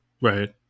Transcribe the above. Right